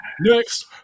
next